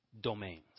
domains